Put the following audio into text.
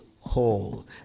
whole